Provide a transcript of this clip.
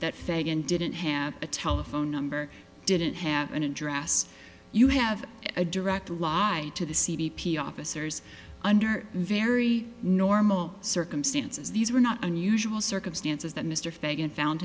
fagan didn't have a telephone number didn't have an address you have a direct lie to the c b p officers under very normal circumstances these were not unusual circumstances that mr fagan found